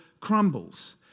crumbles